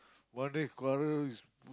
one day quarrel